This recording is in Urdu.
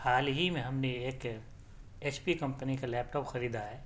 حال ہی میں ہم نے ایک ایچ پی کمپنی کا لیپ ٹاپ خریدا ہے